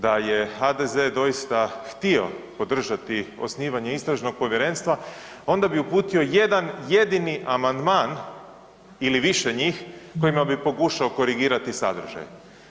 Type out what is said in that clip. Da je HDZ doista htio podržati osnivanje istražnog povjerenstva onda bi uputio jedan jedini amandman ili više njih kojima bi pokušao korigirati sadržaj.